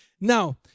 Now